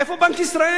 איפה בנק ישראל?